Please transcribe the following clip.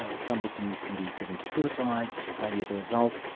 ah some victims can be driven to suicide maybe as a result.